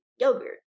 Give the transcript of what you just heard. yogurt